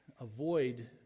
avoid